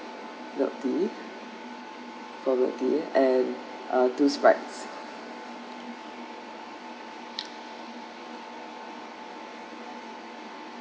milk tea bubble tea and two Sprite